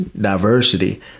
diversity